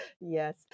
Yes